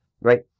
right